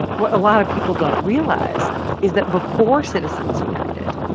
what a lot of people don't realize is that before citizens united,